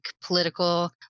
political